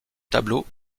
tableau